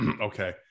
okay